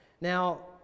Now